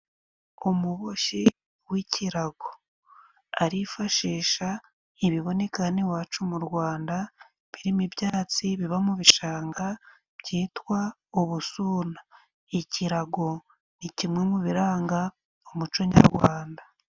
Umuboshi w'ikirago arifashisha ibiboneka hano iwacu mu Rwanda, birimo ibyatsi biba mu bishanga byitwa "ubusuna". Ikirago ni kimwe mu biranga umuco nyarwanda.